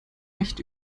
recht